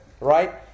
right